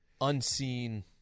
unseen